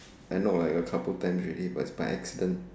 I know like a couple times already but its by accident